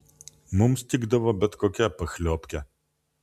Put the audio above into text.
mums tikdavo bet kokia pachliobkė